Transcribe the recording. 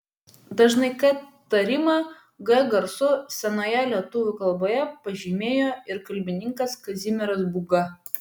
dažną k tarimą g garsu senojoje lietuvių kalboje pažymėjo ir kalbininkas kazimieras būga